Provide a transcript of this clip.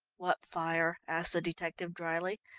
what fire? asked the detective dryly.